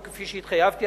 וכפי שהתחייבתי,